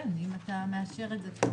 כן, אם אתה מאשר את זה כאן.